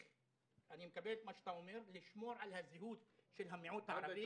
אני מקבל מה שאתה אומר לשמור על הזהות של המיעוט הערבי.